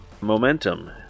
Momentum